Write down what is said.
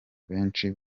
benshi